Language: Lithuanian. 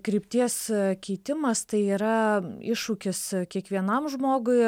krypties keitimas tai yra iššūkis kiekvienam žmogui